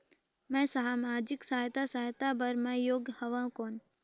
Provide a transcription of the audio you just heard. मैं समाजिक सहायता सहायता बार मैं योग हवं कौन?